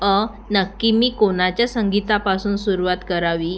अं नक्की मी कोणाच्या संगीतापासून सुरुवात करावी